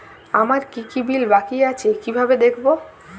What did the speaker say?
আমার কি কি বিল বাকী আছে কিভাবে দেখবো?